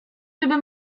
żeby